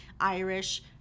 Irish